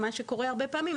מה שקורה הרבה פעמים,